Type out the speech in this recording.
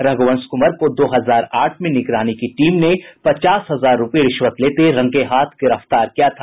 रघुवंश कुंवर को दो हजार आठ में निगरानी की टीम ने पचास हजार रूपये रिश्वत लेते हुए रंगेहाथ गिरफ्तार किया था